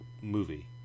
movie